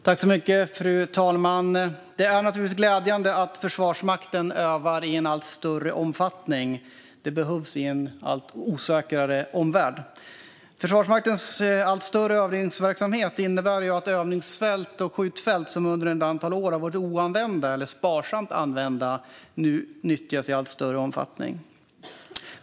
Fru talman! Det är naturligtvis glädjande att Försvarsmakten övar i en allt större omfattning. Det behövs i en allt osäkrare omvärld. Försvarsmaktens allt större övningsverksamhet innebär att övningsfält och skjutfält som under ett antal år har varit oanvända eller sparsamt använda nu nyttjas i allt större omfattning.